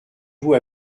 vous